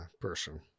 person